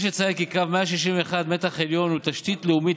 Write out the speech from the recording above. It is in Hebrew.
יש לציין כי קו 161 מתח עליון הוא תשתית לאומית